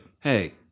hey